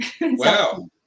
wow